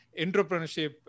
entrepreneurship